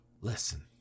Listen